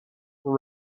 were